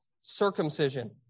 circumcision